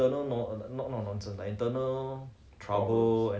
but I think now they just trying to settle the internal